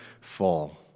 fall